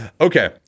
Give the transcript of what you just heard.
Okay